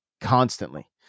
constantly